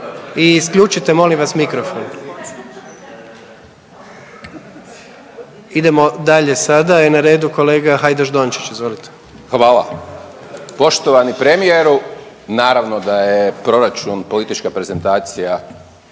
i isključite molim vas mikrofon. Idemo dalje, sada je na redu kolega Hajdaš Dončić. Izvolite. **Hajdaš Dončić, Siniša (SDP)** Hvala. Poštovani premijeru, naravno da je proračun politička prezentacija